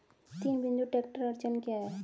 तीन बिंदु ट्रैक्टर अड़चन क्या है?